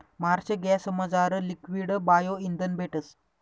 Marsh गॅसमझार liquid bio इंधन भेटस